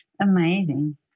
Amazing